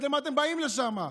אז למה אתם באים לשם?